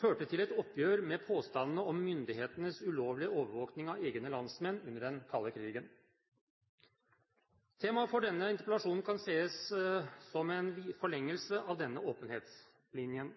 førte til et oppgjør med påstandene om myndighetenes ulovlige overvåking av egne landsmenn under den kalde krigen. Temaet for denne interpellasjonen kan ses som en forlengelse av denne åpenhetslinjen.